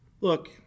Look